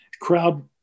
crowd